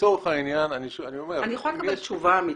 אני אומר --- אני יכולה לקבל תשובה אמיתית?